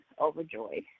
Overjoyed